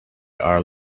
are